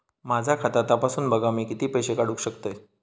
माझा खाता तपासून बघा मी किती पैशे काढू शकतय?